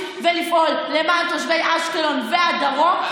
ולפעול למען תושבי אשקלון והדרום,